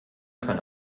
kann